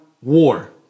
war